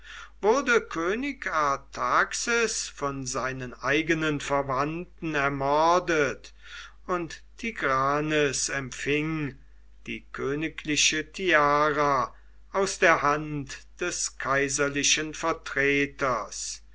wurde könig artaxes von seinen eigenen verwandten ermordet und tigranes empfing die königliche tiara aus der hand des kaiserlichen vertreters